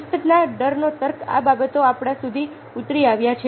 શિસ્તના ડરનો તર્ક આ બાબતો આપણા સુધી ઉતરી આવ્યો છે